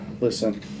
Listen